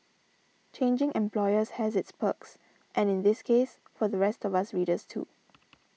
changing employers has its perks and in this case for the rest of us readers too